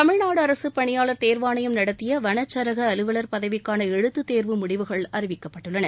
தமிழ்நாடு அரசு பணியாளர் தேர்வாணையம் நடத்திய வனச்சரக அலுவல் பதவிக்கான எழுத்துத் தேர்வு முடிவுகள் அறிக்கப்பட்டுள்ளன